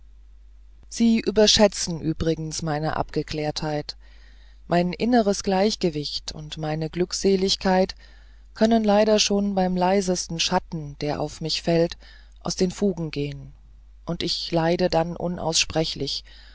sie überschätzen übrigens meine abgeklärtheit mein inneres gleichgewicht und meine glückseligkeit können leider schon beim leisesten schatten der auf mich fällt aus den fugen gehen und ich leide dann unaussprechlich